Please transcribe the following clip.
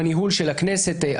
בניהול השוטף של הכנסת,